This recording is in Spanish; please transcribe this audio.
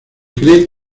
cree